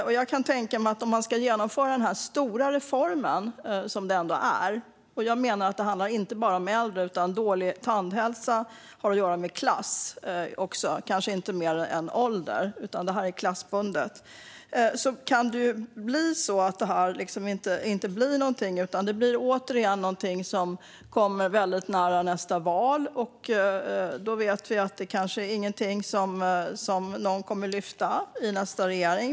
Om man då ska genomföra den stora reform som detta ändå är - jag menar att det inte bara handlar om äldre, utan dålig tandhälsa har kanske att göra mer med klass än med ålder - kan det ändå hända att det inte blir något av den. Det blir återigen något som kommer väldigt nära nästa val, och då vet vi att det inte är något som någon kommer att lyfta i nästa regering.